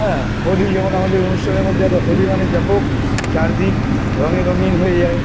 হ্যাঁ হোলি যেমন আমাদের অনুষ্ঠানের মধ্যে একটা হোলি মানে ব্যাপক চারদিক রঙে রঙিন হয়ে যায়